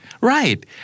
Right